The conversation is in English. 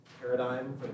paradigm